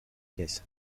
chiesa